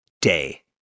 day